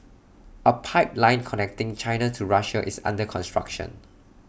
A pipeline connecting China to Russia is under construction